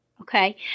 Okay